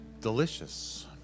delicious